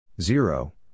zero